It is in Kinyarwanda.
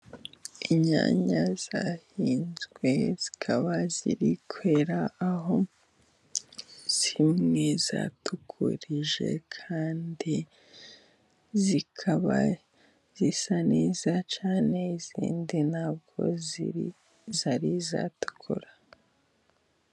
Inyanya zahinzwe zikaba ziri kwera, aho zimwe zatukurije kandi zikaba zisa neza cyane, izindi ntabwo zari zatukura.